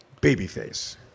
babyface